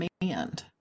demand